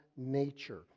nature